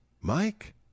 Mike